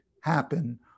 happen